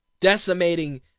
decimating